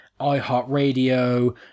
iHeartRadio